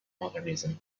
modernism